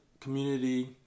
community